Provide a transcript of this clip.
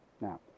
Now